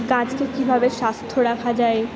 গাছকে কীভাবে স্বাস্থ্য রাখা যায়